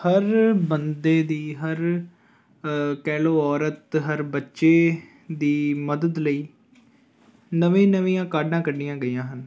ਹਰ ਬੰਦੇ ਦੀ ਹਰ ਕਹਿ ਲਓ ਔਰਤ ਹਰ ਬੱਚੇ ਦੀ ਮਦਦ ਲਈ ਨਵੀਂ ਨਵੀਆਂ ਕਾਢਾਂ ਕੱਢੀਆਂ ਗਈਆਂ ਹਨ